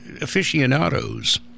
aficionados